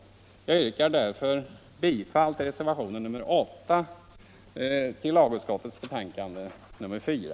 Jag yrkar därför bifall till reservationen 8 i lagutskottets betänkande nr 4.